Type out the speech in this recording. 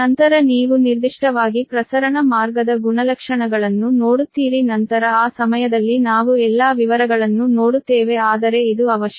ನಂತರ ನೀವು ನಿರ್ದಿಷ್ಟವಾಗಿ ಪ್ರಸರಣ ಮಾರ್ಗದ ಗುಣಲಕ್ಷಣಗಳನ್ನು ನೋಡುತ್ತೀರಿ ನಂತರ ಆ ಸಮಯದಲ್ಲಿ ನಾವು ಎಲ್ಲಾ ವಿವರಗಳನ್ನು ನೋಡುತ್ತೇವೆ ಆದರೆ ಇದು ಅವಶ್ಯಕ